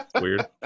Weird